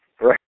right